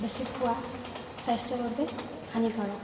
বেছি খোৱা স্বাস্থ্যৰ বাবে হানিকাৰক